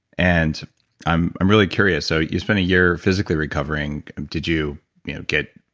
and i'm i'm really curious, so you spent a year physically recovering, did you get